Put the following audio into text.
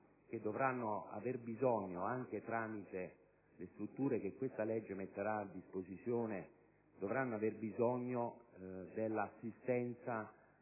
bambini che, anche tramite le strutture che questa legge metterà a disposizione, dovranno aver bisogno dell'assistenza